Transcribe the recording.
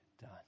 done